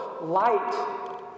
light